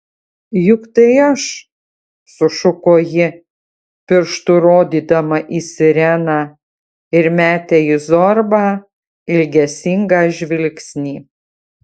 juk tai aš sušuko ji pirštu rodydama į sireną ir metė į zorbą ilgesingą žvilgsnį